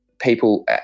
People